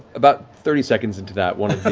about thirty seconds into that, one